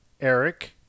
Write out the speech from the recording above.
Eric